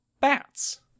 bats